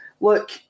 Look